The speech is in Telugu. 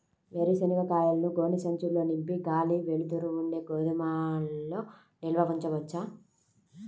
వేరుశనగ కాయలను గోనె సంచుల్లో నింపి గాలి, వెలుతురు ఉండే గోదాముల్లో నిల్వ ఉంచవచ్చా?